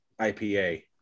IPA